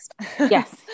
Yes